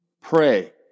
pray